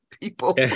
people